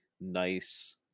nice